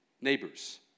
Neighbors